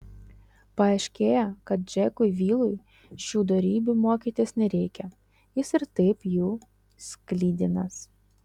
paaiškėjo kad džekui vilui šių dorybių mokytis nereikia jis ir taip jų sklidinas